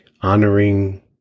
honoring